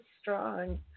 strong